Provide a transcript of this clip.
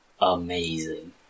amazing